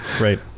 right